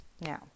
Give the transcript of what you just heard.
now